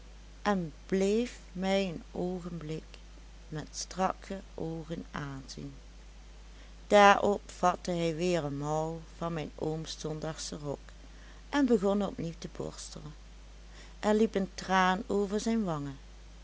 en bleef mij een oogenblik met strakke oogen aanzien daarop vatte hij weer een mouw van mijn ooms zondagschen rok en begon op nieuw te borstelen er liep een traan over zijn wangen